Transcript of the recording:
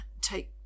take